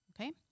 okay